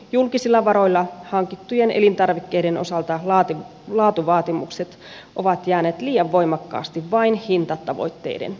julkisilla varoilla hankittujen elintarvikkeiden osalta laatuvaatimukset ovat jääneet liian voimakkaasti vain hintatavoitteiden jalkoihin